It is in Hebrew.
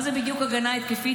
מה זה בדיוק הגנה התקפית?